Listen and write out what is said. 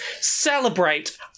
Celebrate